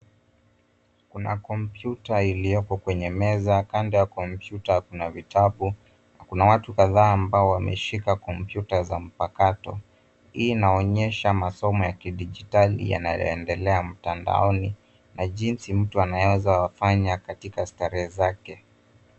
Kuna kompyuta iliyopo kwenye meza. Kando ya kompyuta kuna vitabu, kuna watu kadhaa ambao wameshika kompyuta ya mpakato. Hii inaonyesha masomo ya kidijitali yanayoendelea mtandaoni , na jinsi mtu anaweza fanya katika starehe zake.